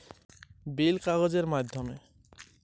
ফোনের শেষ বিল কোন মাস পর্যন্ত দেওয়া আছে দেখবো কিভাবে?